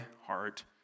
heart